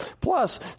Plus